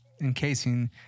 encasing